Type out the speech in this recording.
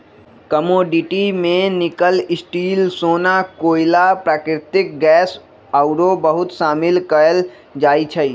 commodity में nickel, steel,, सोना, कोइला, प्राकृतिक गैस आउरो वस्तु शामिल कयल जाइ छइ